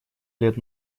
лет